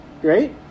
great